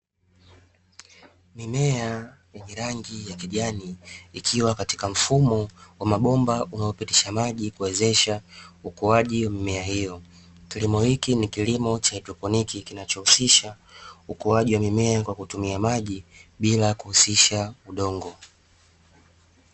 Mimea yenye rangi ya kijani, ikiwa katika mfumo wa mabomba unaopitisha maji kuwezesha ukuaji mimea hiyo. Kilimo hiki ni kilimo cha haidroponiki kinachohusisha ukuaji wa mimea kwa kutumia maji bila kuhusisha udongo.